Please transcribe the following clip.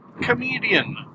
Comedian